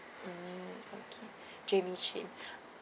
mm okay jamie chin